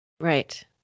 right